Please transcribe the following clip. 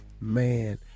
man